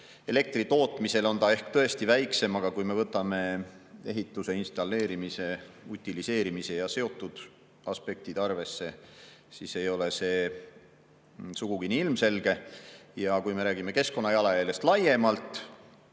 Elektri tootmisel on ta ehk tõesti väiksem, aga kui me võtame arvesse ehituse installeerimise, utiliseerimise ja muud sellega seotud aspektid, siis ei ole see sugugi nii ilmselge. Ja kui rääkida keskkonnajalajäljest laiemalt,